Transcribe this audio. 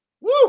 Woo